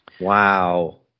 Wow